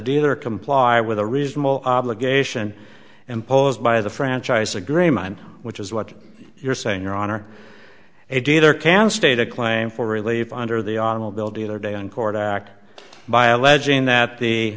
dealer comply with a reasonable obligation imposed by the franchise agreement which is what you're saying your honor a dealer can state a claim for relief under the automobile dealer day in court act by alleging th